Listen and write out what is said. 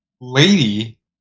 Lady